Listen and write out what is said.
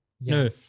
no